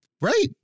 Right